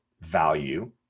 value